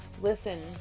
Listen